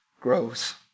grows